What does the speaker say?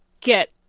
get